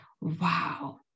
Wow